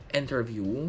interview